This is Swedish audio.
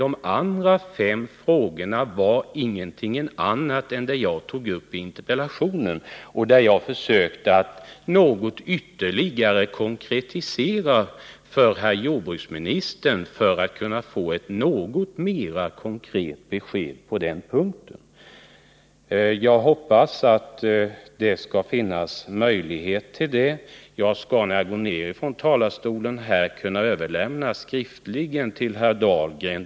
De andra fem frågorna var ingenting annat än det jag tog upp i interpellationen, där jag försökte att något ytterligare konkretisera problemet för herr jordbruksministern för att kunna få ett något mera konkret besked. Jag hoppas att det skall finnas möjlighet till det. Jag skall, när jag går ner från talarstolen, skriftligen överlämna de frågorna till herr Dahlgren.